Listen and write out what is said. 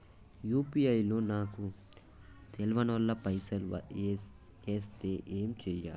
UPI లో నాకు తెల్వనోళ్లు పైసల్ ఎస్తే ఏం చేయాలి?